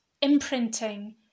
imprinting